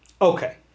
okay